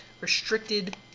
restricted